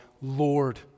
Lord